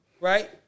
right